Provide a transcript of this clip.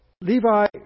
Levi